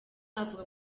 avuga